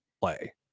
Play